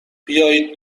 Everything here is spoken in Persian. بیایید